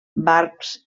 barbs